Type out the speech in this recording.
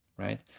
Right